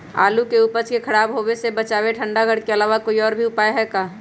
आलू के उपज के खराब होवे से बचाबे ठंडा घर के अलावा कोई और भी उपाय है का?